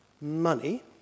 money